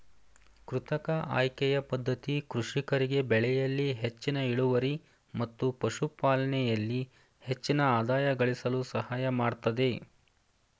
ಕೃತಕ ಆಯ್ಕೆಯ ಪದ್ಧತಿ ಕೃಷಿಕರಿಗೆ ಬೆಳೆಯಲ್ಲಿ ಹೆಚ್ಚಿನ ಇಳುವರಿ ಮತ್ತು ಪಶುಪಾಲನೆಯಲ್ಲಿ ಹೆಚ್ಚಿನ ಆದಾಯ ಗಳಿಸಲು ಸಹಾಯಮಾಡತ್ತದೆ